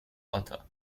author